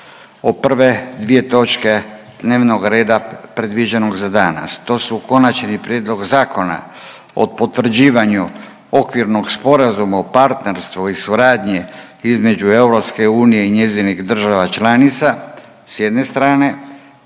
o prve dvije točke dnevnog reda predviđenog za danas. To su: - Konačni prijedlog zakona o potvrđivanju Okvirnog sporazuma o partnerstvu i suradnji između Europske unije i njezinih država članica, s jedne strane,